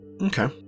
Okay